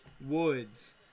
Woods